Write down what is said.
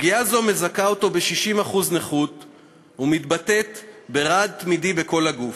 פגיעה זו מזכה אותו ב-60% נכות ומתבטאת ברעד תמידי בכל הגוף.